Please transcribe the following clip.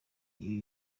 ibi